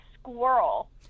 squirrel